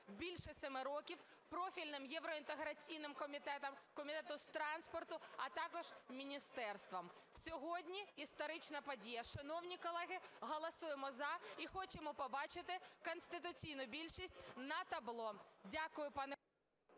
більше семи років, профільним євроінтеграційним комітетам, Комітету з транспорту, а також міністерствам. Сьогодні історична подія. Шановні колеги, голосуємо "за" і хочемо побачити конституційну більшість на табло. Дякую, пане…